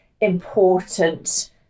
important